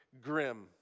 grim